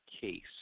case